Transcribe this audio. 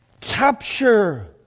capture